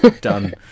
Done